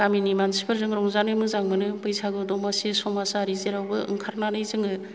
गामिनि मानसिफोरजों रंजानो मोजां मोनो बैसागु द'मासि समाजारि जेरावबो ओंखारनानै जोङो